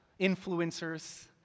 influencers